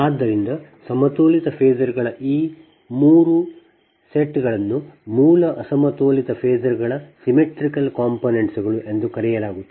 ಆದ್ದರಿಂದ ಸಮತೋಲಿತ ಫೇಸರ್ ಗಳ ಈ ಮೂರು ಸೆಟ್ಗಳನ್ನು ಮೂಲ ಅಸಮತೋಲಿತ ಫೇಸರ್ ಗಳ Symmetrical components ಗಳು ಎಂದು ಕರೆಯಲಾಗುತ್ತದೆ